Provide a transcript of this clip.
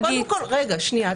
שנייה.